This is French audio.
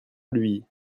lui